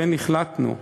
לכן החלטנו,